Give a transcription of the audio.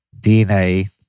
DNA